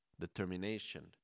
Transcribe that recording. determination